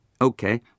Okay